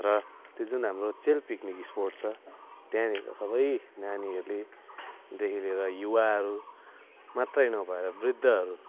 र त्यो जुन त्यो हाम्रो चेल पिकनिक स्पोट छ त्यहाँदेखिन् सबै नानीहरूले देखि लिएर युवाहरू मात्रै नभएर वृद्धहरू